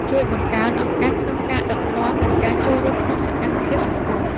ជួយបង្កើនឱកាសក្នុងការដឹកនាំ និងការចូលរួមក្នុងសកម្មភាពសង្គម។